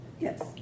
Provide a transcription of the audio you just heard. Yes